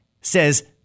says